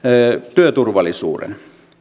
työturvallisuuden